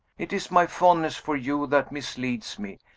it is my fondness for you that misleads me.